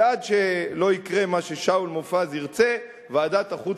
ועד שלא יקרה מה ששאול מופז ירצה ועדת החוץ